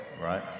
right